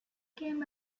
came